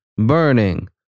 Burning